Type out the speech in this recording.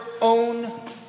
own